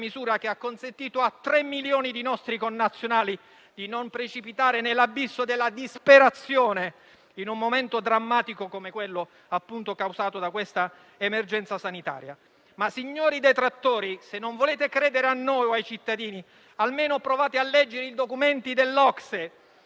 che ha consentito a tre milioni di nostri connazionali di non precipitare nell'abisso della disperazione, in un momento drammatico come quello causato dall'emergenza sanitaria. Signori detrattori, se non volete credere a noi o ai cittadini, almeno provate a leggere i documenti dell'OCSE,